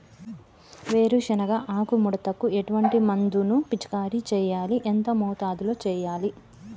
వేరుశెనగ ఆకు ముడతకు ఎటువంటి మందును పిచికారీ చెయ్యాలి? ఎంత మోతాదులో చెయ్యాలి?